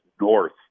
north